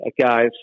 guys